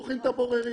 הם בוחרים את הבוררים,